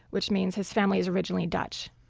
which means his family is originally dutch,